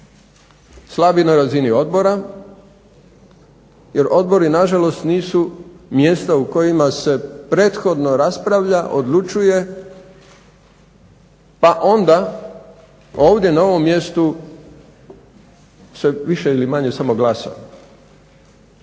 Slabi na razini odbora, jer odbori na žalost nisu mjesta u kojima se prethodno raspravlja, odlučuje, pa onda ovdje na ovom mjestu se više ili manje samo glasa